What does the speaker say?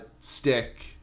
stick